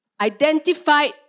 identified